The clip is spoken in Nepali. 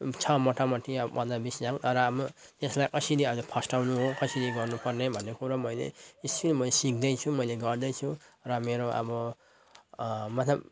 छ मोटामोटी अब पन्ध्र बिस झ्याङ तर अब त्यसलाई कसरी अब फस्टाउनु हो कसरी गर्नुपर्ने भन्ने कुरो मैले स्टिल म सिक्दैछु मैले गर्दैछु र मेरो अब मतलब